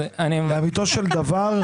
לאמיתו של דבר,